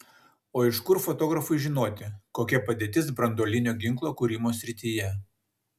o iš kur fotografui žinoti kokia padėtis branduolinio ginklo kūrimo srityje